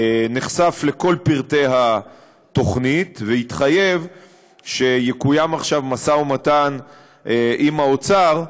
נחשף לכל פרטי התוכנית והתחייב שיקוים עכשיו משא ומתן עם האוצר.